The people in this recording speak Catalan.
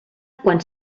quan